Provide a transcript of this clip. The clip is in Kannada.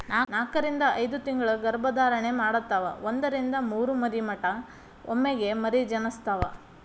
ನಾಕರಿಂದ ಐದತಿಂಗಳ ಗರ್ಭ ಧಾರಣೆ ಮಾಡತಾವ ಒಂದರಿಂದ ಮೂರ ಮರಿ ಮಟಾ ಒಮ್ಮೆಗೆ ಮರಿ ಜನಸ್ತಾವ